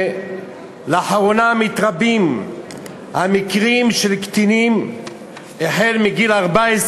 על כך שלאחרונה מתרבים המקרים של קטינים מגיל 14